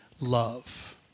love